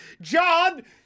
John